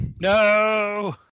No